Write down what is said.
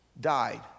died